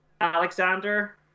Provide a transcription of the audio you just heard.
Alexander